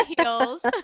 heels